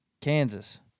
Kansas